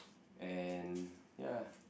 and ya